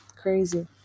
crazy